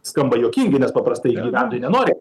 skamba juokingai nes paprastai gyventojai nenori